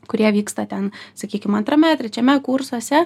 kurie vyksta ten sakykim antrame trečiame kursuose